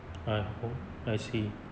ah I see